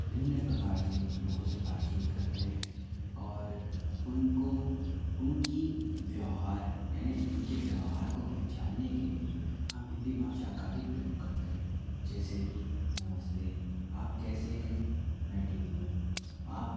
निम्न प्रकार से लोगों से बातचीत करते हैं और उनको उनकी व्यवहार यानी उनके व्यवहार को पहचानने के लिए हम हिन्दी भाषा का ही प्रयोग करते हैं जैसे कि नमस्ते आप कैसे हैं मैं ठीक हूँ आप